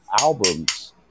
albums